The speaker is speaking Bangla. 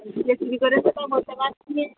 কে চুরি করেছে তা বলতে পাচ্ছি না